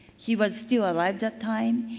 he was still alive that time.